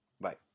bye